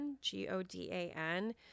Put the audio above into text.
g-o-d-a-n